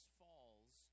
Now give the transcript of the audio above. falls